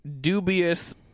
dubious